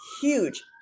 Huge